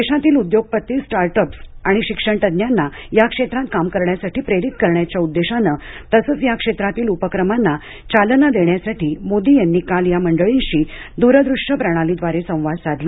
देशातील उद्योगपती स्टार्टअप्स आणि शिक्षण तज्ञांना या क्षेत्रात काम करण्यासाठी प्रेरित करण्याच्या उद्देशानं तसंच या क्षेत्रातील उपक्रमांना चालना देण्यसाठी मोदी यांनी काल या मंडळींशी द्रदृश्य प्रणालीद्वारे संवाद साधला